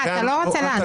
אתה לא רוצה לענות?